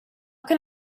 can